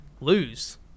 lose